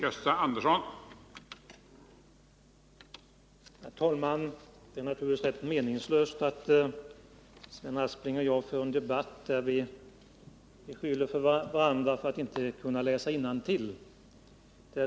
Herr talman! Det är naturligtvis rätt meningslöst att Sven Aspling och jag för en debatt, där vi beskyller varandra för att inte kunna läsa innantill.